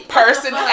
person